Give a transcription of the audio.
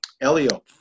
Elio